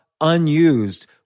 unused